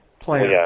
player